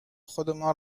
خودمان